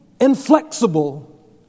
inflexible